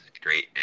great